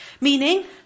Meaning